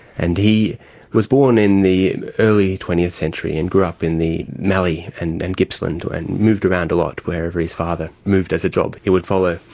and he was born in the early twentieth century and grew up in the mallee and and gippsland and moved around a lot. wherever his father moved as a job, he would follow.